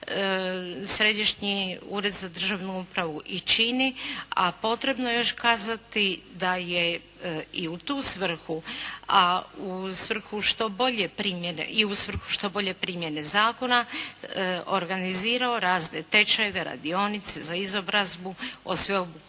Središnji ured za državnu upravu i čini. A potrebno je još kazati da je i u tu svrhu, a u svrhu što bolje primjene zakona organiziralo razne tečajeve, radionice za izobrazbu o sveobuhvatnom